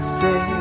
say